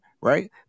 right